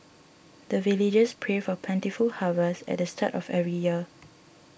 the villagers pray for plentiful harvest at the start of every year